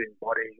body